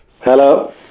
Hello